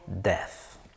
death